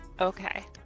Okay